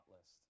list